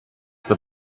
the